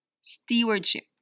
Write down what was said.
Stewardship